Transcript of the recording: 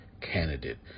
candidate